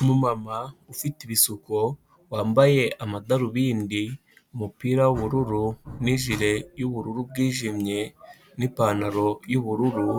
Umumama ufite ibisuko, wambaye amadarubindi, umupira w'ubururu, n'ijire y'ubururu bwijimye, n'ipantaro y'ubururu.